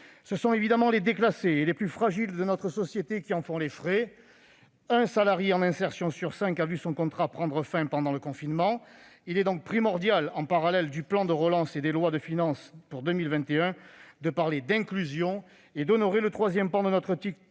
Ce sont évidemment les déclassés et les plus fragiles de notre société qui font les frais de la situation actuelle. Un salarié en insertion sur cinq a vu son contrat prendre fin pendant le confinement. Il est donc primordial, en parallèle du plan de relance et des lois de finances pour 2021, de parler d'inclusion et d'honorer le troisième terme de notre devise